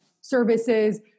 services